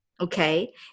okay